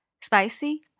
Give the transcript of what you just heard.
Spicy